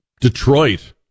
Detroit